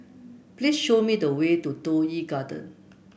please show me the way to Toh Yi Garden